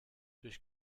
durch